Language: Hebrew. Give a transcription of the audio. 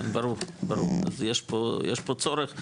יש פה צורך.